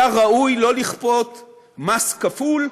היה ראוי לא לכפות מס כפול,